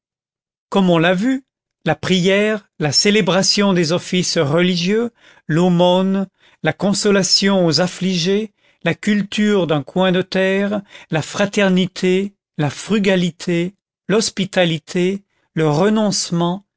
comme on l'a vu la prière la célébration des offices religieux l'aumône la consolation aux affligés la culture d'un coin de terre la fraternité la frugalité l'hospitalité le renoncement